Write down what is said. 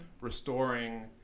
restoring